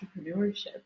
entrepreneurship